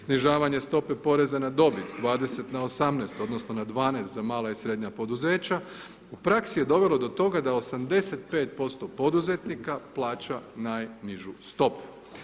Snižavanje stope poreza na dobit s 20 na 18 odnosno na 12 za mala i srednja poduzeća u praksi je dovelo do toga da 85% poduzetnika plaća najnižu stopu.